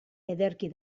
ederki